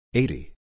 eighty